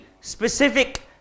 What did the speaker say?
specific